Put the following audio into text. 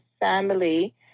family